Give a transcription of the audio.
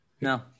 No